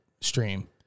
stream